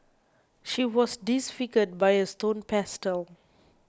she was disfigured by a stone pestle